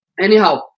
Anyhow